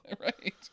Right